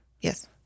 Yes